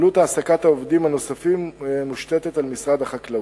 עלות העסקת העובדים הנוספים מושתתת על משרד החקלאות.